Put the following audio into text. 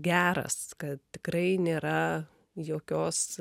geras kad tikrai nėra jokios